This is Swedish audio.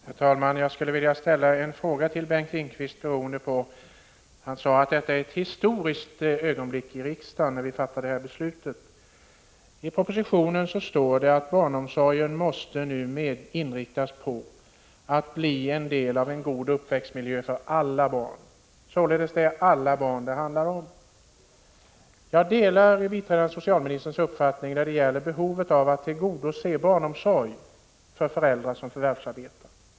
Herr talman! Jag skulle vilja ställa en fråga till Bengt Lindqvist. Han sade att det är ett historiskt ögonblick när riksdagen fattar det här beslutet. I propositionen heter det att barnomsorgen nu måste inriktas på att bli en del av en god uppväxtmiljö för alla barn — det är således alla barn det handlar om. Jag delar biträdande socialministerns uppfattning när det gäller behovet av att tillgodose barnomsorgsbehovet för föräldrar som förvärvsarbetar.